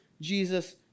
Jesus